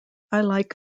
like